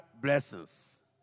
blessings